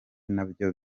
nabyo